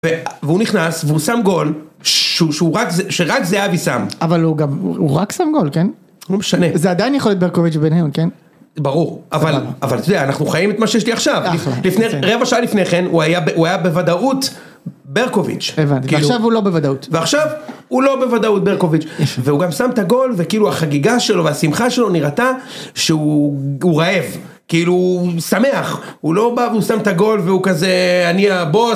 והוא נכנס והוא שם גול שהוא שהוא רק זה שרק זהבי שם אבל הוא גם הוא רק שם גול כן. לא משנה זה עדיין יכול להיות ברקוביץ ובניון כן, ברור אבל אבל אתה יודע אנחנו חיים את מה שיש לי עכשיו רבע שעה לפני כן הוא היה הוא היה בוודאות ברקוביץ, הבנתי כי עכשיו הוא לא בוודאות ועכשיו הוא לא בוודאות ברקוביץ והוא גם שם את הגול וכאילו החגיגה שלו והשמחה שלו נראתה שהוא רעב כאילו הוא שמח הוא לא בא והוא שם את הגול והוא כזה אני הבוס